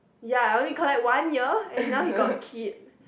ya I only called that one year and now he got a kid